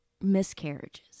miscarriages